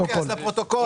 אוקיי, אז לפרוטוקול.